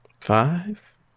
Five